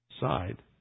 side